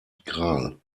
gral